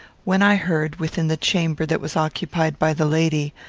when i heard, within the chamber that was occupied by the lady,